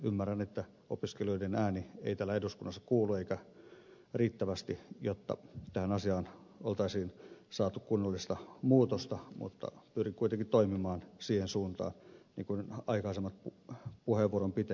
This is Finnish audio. ymmärrän että opiskelijoiden ääni ei täällä eduskunnassa kuulu riittävästi jotta tähän asiaan olisi saatu kunnollista muutosta mutta pyrin kuitenkin toimimaan siihen suuntaan niin kuin aikaisemmatkin puheenvuoron pitäjät